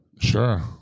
Sure